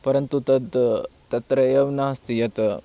परन्तु तद् तत्र एवं नास्ति यत्